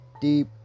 deep